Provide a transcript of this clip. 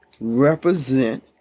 represent